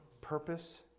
purpose